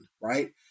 right